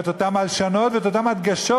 את אותן הלשנות ואת אותן הדגשות